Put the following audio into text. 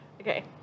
Okay